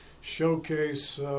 showcase